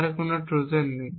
যার কোন ট্রোজান নেই